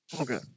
Okay